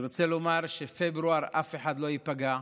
אני רוצה לומר שבפברואר אף אחד לא ייפגע,